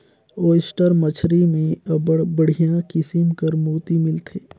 oyster मछरी में अब्बड़ बड़िहा किसिम कर मोती मिलथे